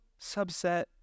subset